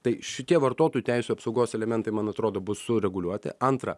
tai šitie vartotojų teisių apsaugos elementai man atrodo bus sureguliuoti antra